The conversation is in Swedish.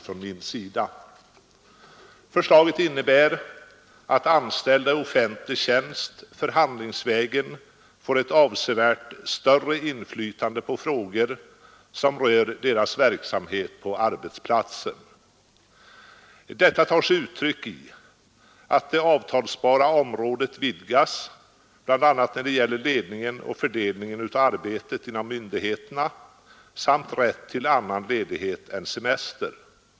Förslaget innebär att anställda i offentlig tjänst förhandlingsvägen får ett avsevärt större inflytande på frågor som rör deras verksamhet på arbetsplatsen. Detta tar sig uttryck i att det avtalbara området vidgas bl.a. när det gäller ledningen och fördelningen av arbetet inom myndigheterna samt rätt till annan ledighet än semester.